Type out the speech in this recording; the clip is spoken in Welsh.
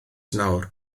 nawr